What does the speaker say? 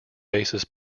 basis